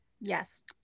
yes